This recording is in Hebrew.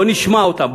בוא נשמע אותם,